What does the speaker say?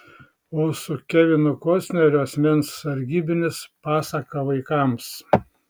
o su kevinu kostneriu asmens sargybinis pasaka vaikams